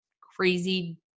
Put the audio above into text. crazy